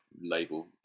label